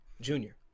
Junior